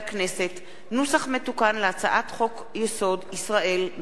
נוסח מתוקן של הצעת חוק-יסוד: ישראל,